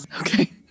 Okay